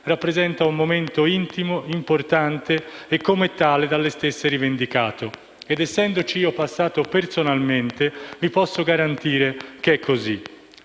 rappresenta un momento intimo e importante, come tale dalle stesse rivendicato. Essendoci passato personalmente, vi posso garantire che è così.